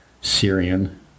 Syrian